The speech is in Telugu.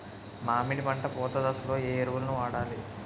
మామిడి పంట పూత దశలో ఏ ఎరువులను వాడాలి?